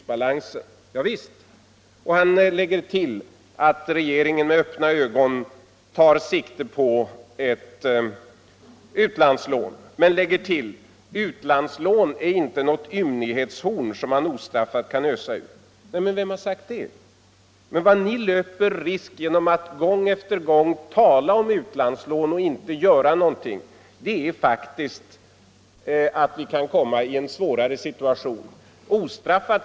Statsministern framhåller att regeringen med öppna ögon tar sikte på ett utlandslån. Men han tillägger sedan: Utlandslån är inte något ymnighetshorn som man ostraffat kan ösa ur. Nej, vem har sagt det? Men den risk ni löper genom att gång efter gång tala om utlandslån och inte göra något är faktiskt att vi kan komma i en svårare situation.